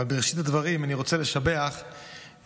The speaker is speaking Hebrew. אבל בראשית הדברים אני רוצה לשבח את